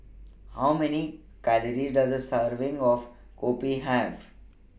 How Many Calories Does A Serving of Kopi Have